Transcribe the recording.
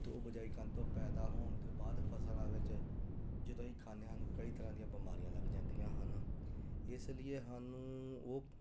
ਅਤੇ ਉਹ ਬਿਜਾਈ ਕਰਨ ਤੋਂ ਪੈਦਾ ਹੋਣ ਤੋਂ ਬਾਅਦ ਫਸਲਾਂ ਵਿੱਚ ਜਦੋਂ ਅਸੀਂ ਖਾਂਦੇ ਹਨ ਕਈ ਤਰ੍ਹਾਂ ਦੀਆਂ ਬਿਮਾਰੀਆਂ ਲੱਗ ਜਾਂਦੀਆਂ ਹਨ ਇਸ ਲਈ ਸਾਨੂੰ ਉਹ